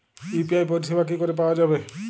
UPI পরিষেবা কি করে পাওয়া যাবে?